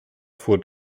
fuhr